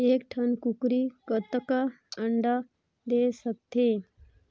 एक ठन कूकरी कतका अंडा दे सकथे?